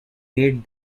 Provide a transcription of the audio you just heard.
date